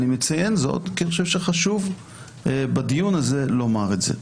אני מציין זאת כי אני חושב שחשוב בדיון הזה לומר את זה.